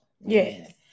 yes